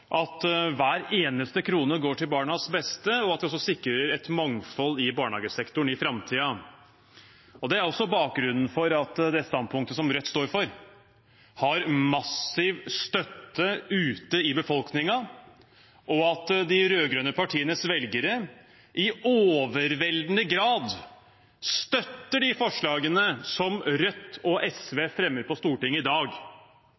at det standpunktet som Rødt står for, har massiv støtte ute i befolkningen, og at de rød-grønne partienes velgere i overveldende grad støtter de forslagene som Rødt og SV fremmer på Stortinget i dag. Det